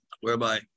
whereby